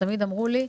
ותמיד אמרו לי: